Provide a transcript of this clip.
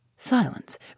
Silence